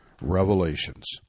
revelations